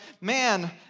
man